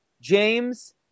James